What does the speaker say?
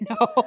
No